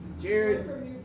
Jared